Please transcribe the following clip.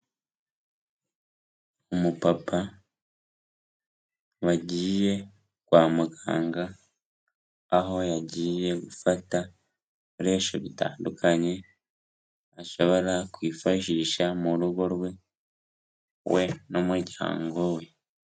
Umupapa wagiye kwa muganga, aho yagiye gufata ibikoresho bitandukanye, ashobora kwifashisha mu rugo rwe, we n'umuryango we.